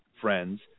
friends